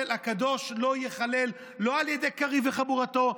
הקדוש לא יחולל לא על ידי קריב וחבורתו,